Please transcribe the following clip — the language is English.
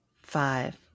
five